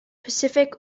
pacific